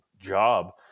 job